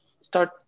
start